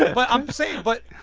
but but i'm saying but.